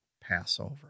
Passover